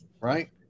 Right